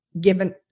given